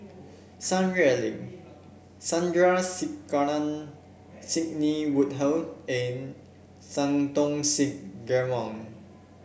Sun Xueling Sandrasegaran Sidney Woodhull and Santokh Singh Grewal